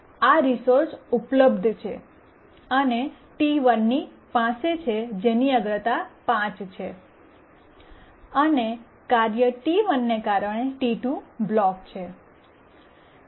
આ રિસોર્સ ઉપલબ્ધ છે અને T1 પાસે છે જેની અગ્રતા 5 છે અને કાર્ય T1ને કારણે T2 બ્લોક છે